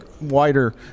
wider